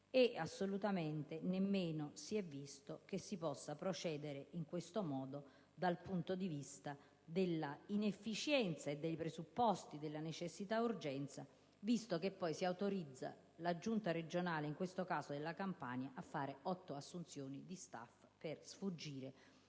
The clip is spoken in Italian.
assolutamente, che si possa procedere in questo modo dal punto di vista dell'efficienza e dei presupposti della necessità e urgenza, visto che poi si autorizza una giunta regionale (in questo caso quella della Campania) a fare otto assunzioni di *staff* per sfuggire